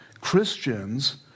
Christians